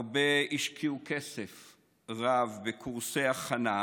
הרבה השקיעו כסף רב בקורסי הכנה,